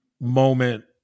moment